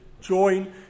join